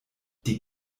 die